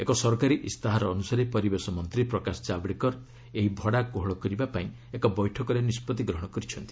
ଏକ ସରକାରୀ ଇସ୍ତାହାର ଅନ୍ତସାରେ ପରିବେଶ ମନ୍ତ୍ରୀ ପ୍ରକାଶ କାଭଡେକର ଏହି ଭଡ଼ା କୋହଳ କରିବାକୁ ଏକ ବୈଠକରେ ନିଷ୍ପଭି ଗ୍ରହଣ କରିଛନ୍ତି